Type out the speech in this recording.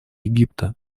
египта